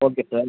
okay sir